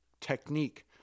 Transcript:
technique